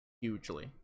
hugely